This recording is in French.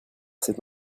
c’est